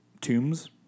tombs